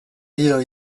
dio